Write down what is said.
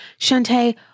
Shantae